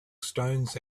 stones